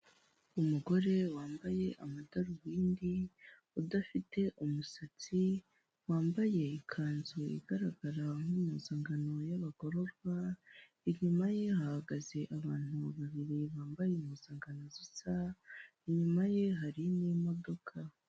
Umugore wambaye amadarubindi udafite umusatsi wambaye ikanzu igaragara nk'impuzankano y'abagororwa inyuma ye hahagaze abantu babiri bambaye impuzankano zisa inyuma ye hari n'imodoka.